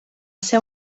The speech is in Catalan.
ser